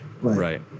Right